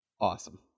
Awesome